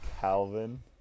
Calvin